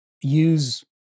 use